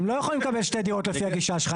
הם לא יקבלו שתי דירות, לפי הגישה שלך.